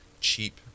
Cheap